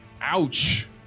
Ouch